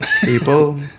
People